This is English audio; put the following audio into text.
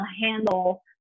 handle